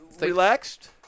Relaxed